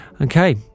Okay